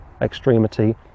extremity